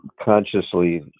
consciously